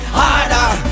harder